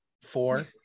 four